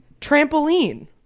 trampoline